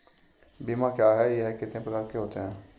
बीमा क्या है यह कितने प्रकार के होते हैं?